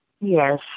Yes